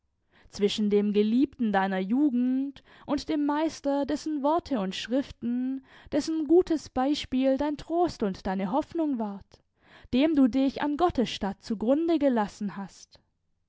zwischen dem geliebten deiner jugend und dem meister dessen worte und schriften dessen gutes beispiel dein trost und deine hoffnung ward dem du dich an gottes statt zugrunde gelassen hast